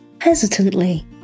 Hesitantly